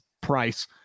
price